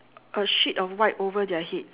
a sheet of white over their head